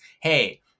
hey